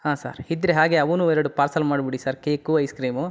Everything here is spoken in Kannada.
ಹಾಂ ಸರ್ ಇದ್ದರೆ ಹಾಗೇ ಅವನ್ನೂ ಎರಡು ಪಾರ್ಸಲ್ ಮಾಡಿ ಬಿಡಿ ಸರ್ ಕೇಕು ಐಸ್ಕ್ರೀಮು